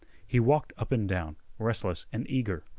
he walked up and down, restless and eager.